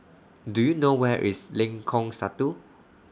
Do YOU know Where IS Lengkong Satu